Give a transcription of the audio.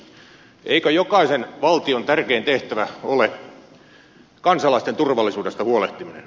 eikö jokaisen valtion tärkein tehtävä ole kansalaisten turvallisuudesta huolehtiminen